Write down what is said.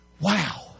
wow